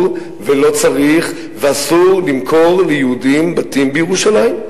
ולא צריך ואסור למכור ליהודים בתים בירושלים,